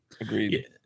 Agreed